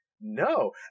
No